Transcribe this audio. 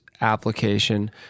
application